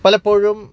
പലപ്പോഴും